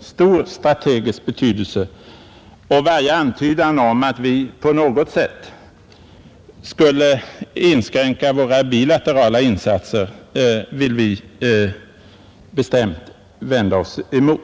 stor strategisk betydelse, och varje antydan om att vi på något sätt skulle inskränka våra bilaterala insatser vill vi bestämt vända oss emot.